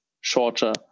shorter